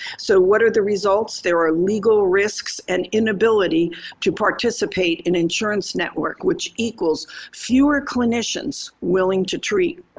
so what are the results? there are legal risks and inability to participate in insurance network, which equals fewer clinicians willing to treat.